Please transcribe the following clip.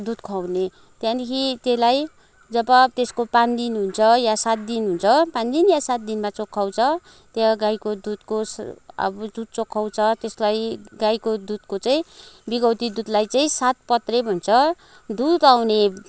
दुध खुवाउने त्यहाँदेखि त्यसलाई जब त्यसको पाँच दिन हुन्छ या सात दिन हुन्छ पाँच दिन या सात दिनमा चोख्याउँछ त्यो गाईको दुधको अब दुध चोख्याउँछ त्यसलाई गाईको दुधको चाहिँ बिगौती दुधलाई चाहिँ सातपत्रे भन्छ दुध आउने